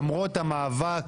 למרות המאבק.